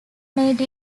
made